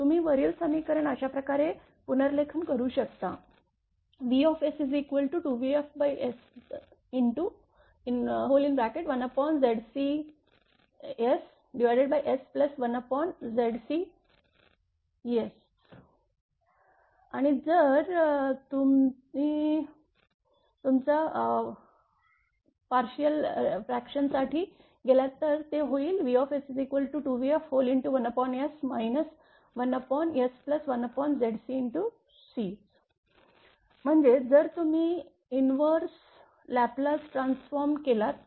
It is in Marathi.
तुम्ही वरील समीकरण अशा प्रकारे पुनर्लेखन करू शकता vS2vfS1ZCCS1ZCC आणि जर तुम्ही तुमच्या पारशल फ्रॅक्शन साठी गेलात तर ते होईल vS2vf1S 1S1ZcC म्हणजे जर तुम्ही इनवर्स लैपलेस ट्रांसफॉर्म केलात तर